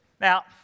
Now